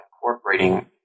incorporating